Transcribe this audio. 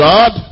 God